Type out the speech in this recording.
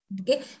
Okay